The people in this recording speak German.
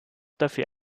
dafür